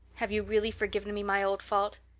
have you really forgiven me my old fault?